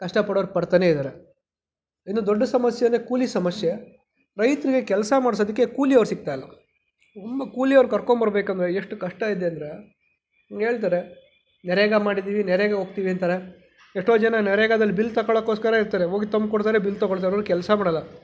ಕಷ್ಟಪಡೋರು ಪಡ್ತಾನೆಯಿದ್ದಾರೆ ಇನ್ನೂ ದೊಡ್ಡ ಸಮಸ್ಯೆ ಅಂದರೆ ಕೂಲಿ ಸಮಸ್ಯೆ ರೈತರಿಗೆ ಕೆಲಸ ಮಾಡಿಸೋದಕ್ಕೆ ಕೂಲಿಯವ್ರು ಸಿಗ್ತಾಯಿಲ್ಲ ಒಂದು ಕೂಲಿಯವ್ರನ್ನ ಕರ್ಕೊಂಡು ಬರಬೇಕೆಂದರೆ ಎಷ್ಟು ಕಷ್ಟ ಇದೆ ಅಂದರೆ ಹೇಳ್ತಾರೆ ನರೇಗಾ ಮಾಡಿದ್ದೀವಿ ನರೇಗಾಗೆ ಹೋಗ್ತೀವಿ ಅಂತಾರೆ ಎಷ್ಟೋ ಜನ ನರೇಗಾದಲ್ಲಿ ಬಿಲ್ ತೊಗೊಳ್ಳೋಕೋಸ್ಕರ ಇರ್ತಾರೆ ಹೋಗಿ ತಂದುಕೊಡ್ತಾರೆ ಬಿಲ್ ತೊಗೊಳ್ತಾರೆ ಅವ್ರು ಕೆಲಸ ಮಾಡಲ್ಲ